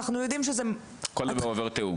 אנחנו יודעים -- כל דבר עובר תיאום.